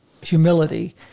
humility